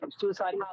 suicide